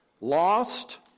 lost